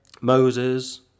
Moses